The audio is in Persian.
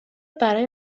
برای